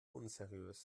unseriös